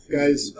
guys